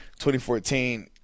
2014